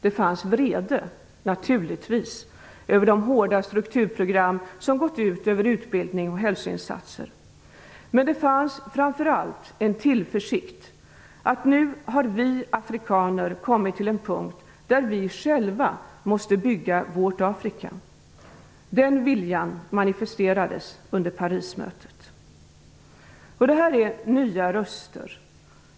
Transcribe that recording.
Det fanns naturligtvis vrede över de hårda strukturprogram som gått ut över utbildning och hälsoinsatser. Men det fanns framför allt en tillförsikt om att nu har afrikanerna kommit till en punkt där de själva måste bygga sitt Afrika. Den viljan manifesterades under Parismötet. Det här är nya röster.